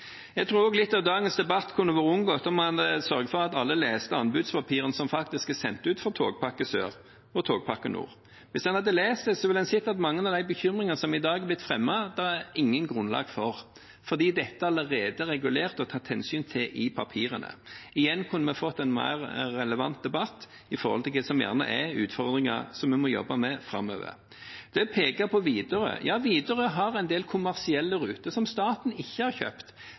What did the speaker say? Jeg tror også litt av dagens debatt kunne vært unngått om man sørget for at alle leste anbudspapirene som er sendt ut for togpakke sør og togpakke nord. Hvis en hadde lest dem, ville en sett at mange av de bekymringene som i dag har blitt fremmet, er det ikke noe grunnlag for, for dette er allerede regulert og tatt hensyn til i papirene. Igjen kunne man fått en mer relevant debatt med tanke på det som gjerne er utfordringer som vi må jobbe med framover. Til det å peke på Widerøe: Ja, Widerøe har en del kommersielle ruter, som staten ikke har kjøpt.